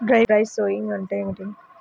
Dry sowing అంటే ఏమిటి?